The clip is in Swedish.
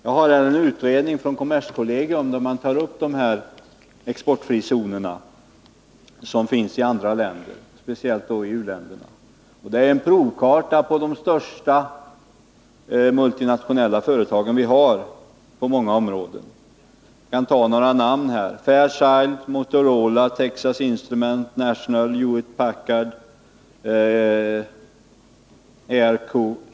Jag har här en utredning från kommerskollegium, som tar upp de exportfrizoner som finns i andra länder, då speciellt i u-länderna. Sammanställningen är en provkarta på de största multinationella förtagen på många områden. Jag kan nämna bara några namn: Fairchild, Motorola, Texas Instruments, National, Hewlett Packard och Airco.